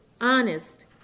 honest